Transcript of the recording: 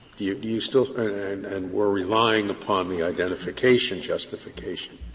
do you do you still and were relying upon the identification justification.